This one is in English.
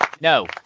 No